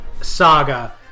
saga